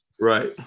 Right